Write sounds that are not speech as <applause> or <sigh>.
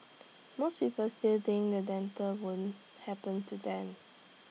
most people still think the <unintelligible> won't happen to them